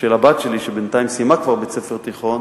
של הבת שלי, שבינתיים סיימה כבר בית-ספר תיכון